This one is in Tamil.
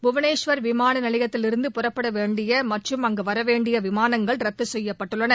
புவனேஸ்வர் விமாள நிலையத்திலிருந்து புறப்பட வேண்டிய மற்றும் அங்கு வரவேண்டிய விமானங்கள் ரத்து செய்யப்பட்டுள்ளன